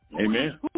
Amen